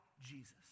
Jesus